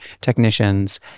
technicians